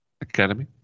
Academy